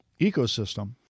ecosystem